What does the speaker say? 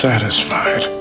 satisfied